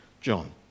John